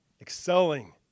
excelling